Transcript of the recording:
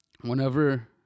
whenever